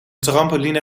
trampoline